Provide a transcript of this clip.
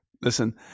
Listen